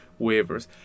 Waivers